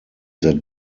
that